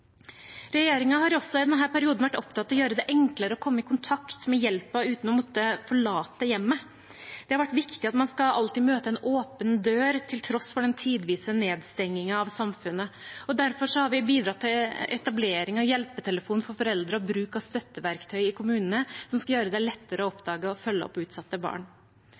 har også i denne perioden vært opptatt av å gjøre det enklere å komme i kontakt med hjelpen uten å måtte forlate hjemmet. Det har vært viktig at man alltid skal møte en åpen dør, til tross for den tidvise nedstengingen av samfunnet. Derfor har vi bidratt til etablering av hjelpetelefon for foreldre og bruk av støtteverktøy i kommunene som skal gjøre det lettere å oppdage og følge opp utsatte barn.